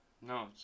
No